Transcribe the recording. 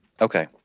Okay